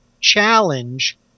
challenge